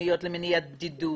תכניות למניעת בדידות,